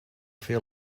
fer